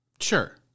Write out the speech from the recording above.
Sure